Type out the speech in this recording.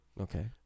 Okay